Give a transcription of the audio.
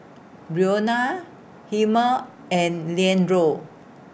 Brionna Hilmer and Leandro